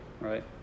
right